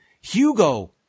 Hugo